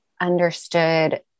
understood